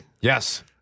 Yes